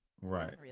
Right